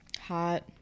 hot